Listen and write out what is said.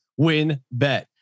WinBet